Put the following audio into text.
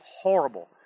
horrible